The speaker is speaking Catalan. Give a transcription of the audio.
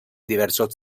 diversos